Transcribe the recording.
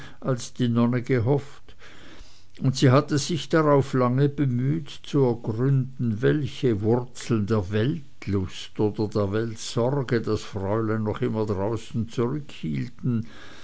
als die nonne gehofft und sie hatte sich darauf lange bemüht zu ergründen welche wurzeln der weltlust oder der weltsorge das fräulein immer noch draußen